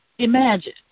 Imagine